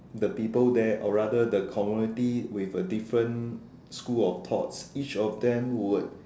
the people there or rather the community with a different school of thoughts each of them would